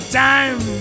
time